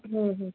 হুম হুম